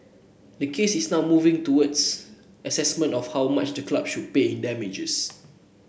the case is now moving towards assessment of how much the club should pay in damages